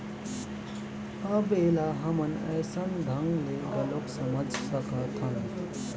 अब ऐला हमन अइसन ढंग ले घलोक समझ सकथन